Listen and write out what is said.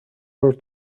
her